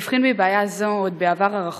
הבחין בבעיה זו עוד בעבר הרחוק,